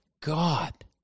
God